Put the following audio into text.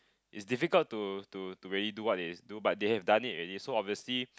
it's difficult to to to really do what they do but they have done it already so obviously